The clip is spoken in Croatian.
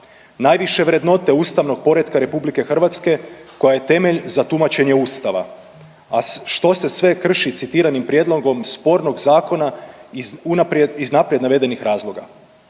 najviše vrednote ustavnog poretka RH koja je temelj za tumačenje ustava, a što se sve krši citiranom prijedlogom spornog zakona iz unaprijed, iz naprijed navedenih razloga.